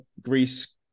Greece